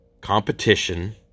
competition